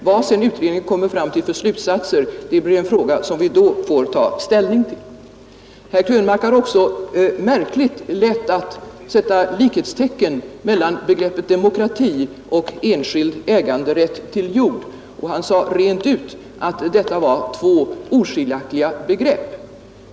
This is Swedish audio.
Vad utredningen sedan kommer fram till för slutsatser, blir en fråga som vi då får ta ställning till. Herr Krönmark har också märkligt lätt för att sätta likhetstecken mellan begreppen demokrati och enskild äganderätt till jord. Han sade rent ut att detta var två oskiljaktiga begrepp.